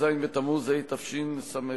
כ"ז בתמוז תשס"ח,